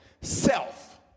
Self